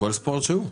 כל ספורט שהוא.